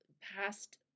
past